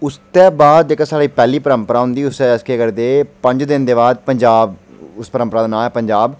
उसदे बाद इक साढ़ी पैह्ली परम्परा होंदी उस च अस केह् करदे के पंज दिन दे बाद पंजाब उस परम्परा दा नांऽ ऐ पंजाव